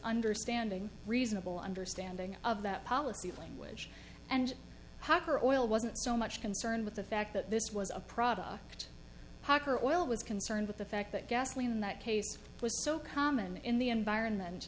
understanding reasonable understanding of that policy language and proper oil wasn't so much concerned with the fact that this was a product oil was concerned with the fact that gasoline in that case was so common in the environment